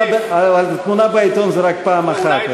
תמונה בעיתון זה רק פעם אחת,